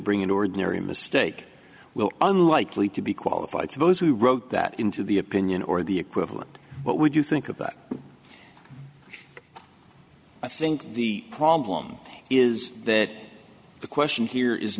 bring in ordinary mistake will unlikely to be qualified to those who wrote that into the opinion or the equivalent what would you think about i think the problem is that the question here is